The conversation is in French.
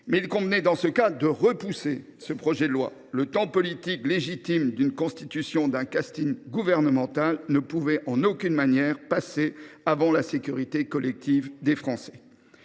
mais il convenait dans ce cas de repousser l’examen de ce projet de loi. Le temps politique, légitime, de la constitution d’un casting gouvernemental ne pouvait en aucune manière passer avant la sécurité collective des Français.